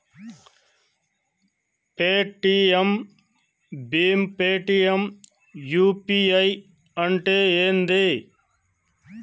Paytm భీమ్ Paytm UPI అంటే ఏంది?